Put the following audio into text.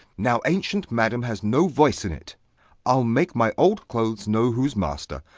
now ancient madam has no voice in it i'll make my old clothes know who's master.